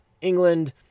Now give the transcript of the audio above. England